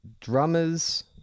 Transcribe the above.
drummers